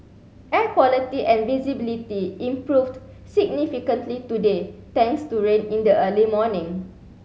air quality and visibility improved significantly today thanks to rain in the early morning